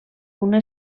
una